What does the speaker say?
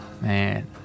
Man